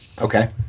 Okay